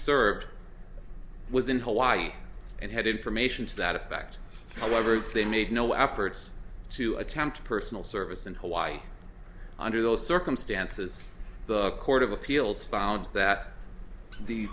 served i was in hawaii and had information to that effect however they made no efforts to attempt a personal service in hawaii under those circumstances the court of appeals found that